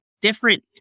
different